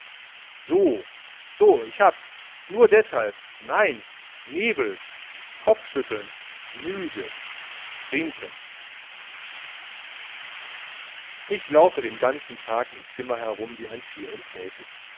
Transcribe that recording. so so ich habs nur deshalb nein nebel kopfschütteln müde trinken ich laufe den ganzen tag im zimmer herum wie ein tier im käfig